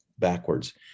backwards